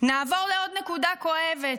נעבור לעוד נקודה כואבת,